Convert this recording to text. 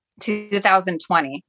2020